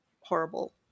horrible